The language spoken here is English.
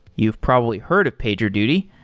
you've probably heard of pagerduty.